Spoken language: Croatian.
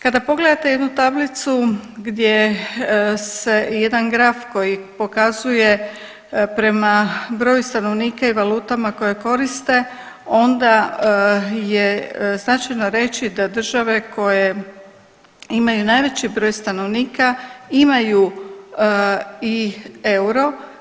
Kada pogledate jednu tablicu gdje se jedan graf koji pokazuje prema broju stanovnika i valutama koje koriste onda je značajno reći da države koje imaju najveći broj stanovnika imaju i euro.